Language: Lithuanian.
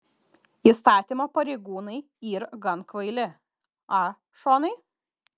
įstatymo pareigūnai yr gan kvaili a šonai